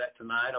tonight